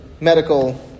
medical